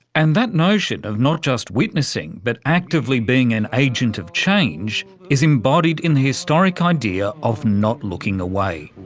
and that notion of not just witnessing but actively being an agent of change is embodied in the historic idea of not looking away.